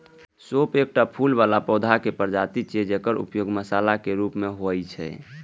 सौंफ एकटा फूल बला पौधाक प्रजाति छियै, जकर उपयोग मसालाक रूप मे होइ छै